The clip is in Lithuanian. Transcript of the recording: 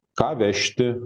ką vežti